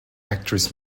actress